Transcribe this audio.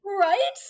Right